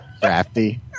Crafty